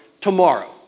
tomorrow